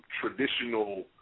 traditional